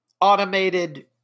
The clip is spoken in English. automated